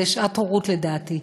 זה גם הגברים, זאת שעת הורות, לדעתי,